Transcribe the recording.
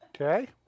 Okay